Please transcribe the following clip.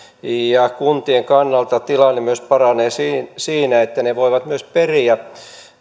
ja kuntien kannalta tilanne paranee myös siinä että ne voivat myös periä